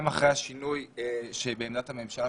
גם לאחר השינוי החלקי בעמדת הממשלה,